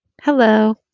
Hello